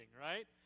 right